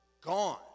Gone